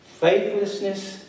faithlessness